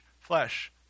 flesh